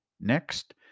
Next